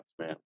man